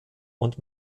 und